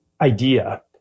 idea